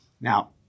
Now